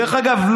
דרך אגב,